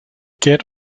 get